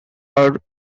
are